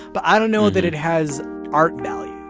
but i don't know that it has art value